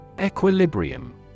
Equilibrium